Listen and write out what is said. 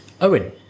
Owen